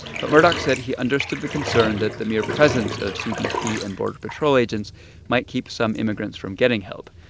but murdock said he understood the concern that the mere presence of cbp and border patrol agents might keep some immigrants from getting help.